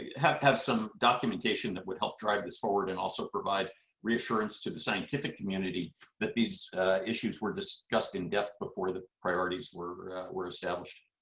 have have some documentation that would help drive this forward and also provide reassurance to the scientific community that these were discussed in depth before the priorities were were established.